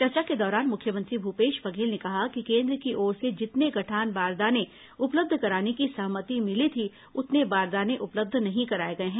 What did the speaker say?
चर्चा के दौरान मुख्यमंत्री भूपेश बघेल ने कहा कि केन्द्र की ओर से जितने गठान बारदाने उपलब्ध कराने की सहमति मिली थी उतने बारदाने उपलब्ध नहीं कराए गए हैं